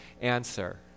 answer